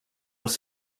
els